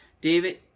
David